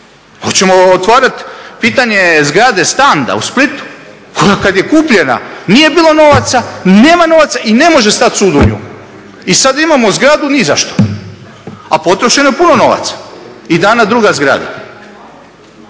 oćemo otvarat pitanje zgrade Standa u Splitu koja kad je kupljena nije bilo novaca, nema novaca, i ne može stat sud u nju. I sad imamo zgradu ni za što, a potrošeno je puno novaca i dana druga zgrada.